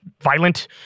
violent